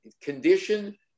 condition